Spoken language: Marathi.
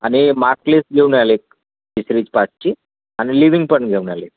आणि मार्कलिस घेऊन आले एक तिसरीच पाचची आणि लिव्हिंग पण घेऊन आले